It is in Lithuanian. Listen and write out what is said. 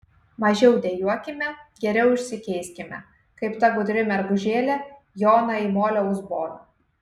mažiau dejuokime geriau išsikeiskime kaip ta gudri mergužėlė joną į molio uzboną